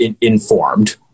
informed